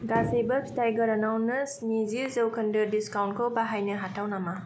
गासैबो फिथाइ गोरानावनो स्निजि जौखोन्दो डिसकाउन्टखौ बाहायनो हाथाव नामा